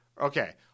okay